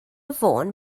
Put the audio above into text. fôn